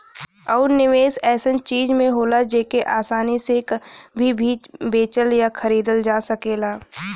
आउर निवेस ऐसन चीज में होला जेके आसानी से कभी भी बेचल या खरीदल जा सके